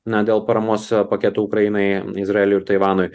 na dėl paramos paketo ukrainai izraeliui ir taivanui